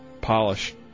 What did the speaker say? polish